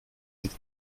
sich